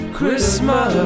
Christmas